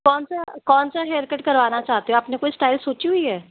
कौन सा कौन सा हेयर कट करवाना चाहते हो आपने कोई स्टाइल सोची हुई है